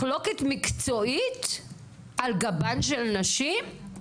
מחלוקת מקצועית על גבן של נשים?